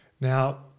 now